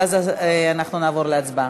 ואז אנחנו נעבור להצבעה,